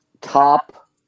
top